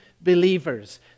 believers